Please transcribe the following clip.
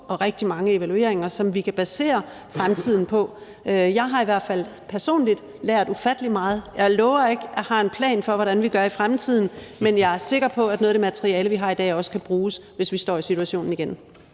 og rigtig mange evalueringer, som vi kan basere fremtiden på. Jeg har i hvert fald personligt lært ufattelig meget. Jeg lover ikke, at jeg har en plan for, hvordan vi gør i fremtiden, men jeg er sikker på, at noget af det materiale, vi har i dag, også kan bruges, hvis vi står i situationen igen.